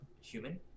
human